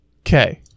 Okay